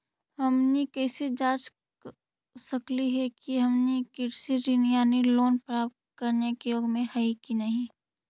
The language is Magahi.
हमनी कैसे जांच सकली हे कि हमनी कृषि ऋण यानी लोन प्राप्त करने के योग्य हई कि नहीं?